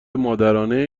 مادرانه